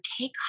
take